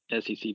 SEC